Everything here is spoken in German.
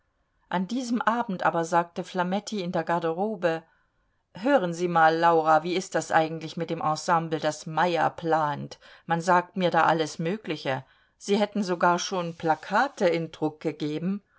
an diesem abend aber sagte flametti in der garderobe hören sie mal laura wie ist das eigentlich mit dem ensemble das meyer plant man sagt mir da alles mögliche sie hätten sogar schon plakate in druck gegeben